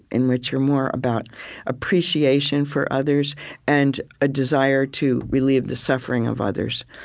in which you are more about appreciation for others and a desire to relieve the suffering of others.